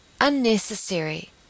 unnecessary